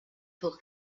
pour